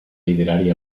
literari